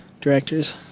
Directors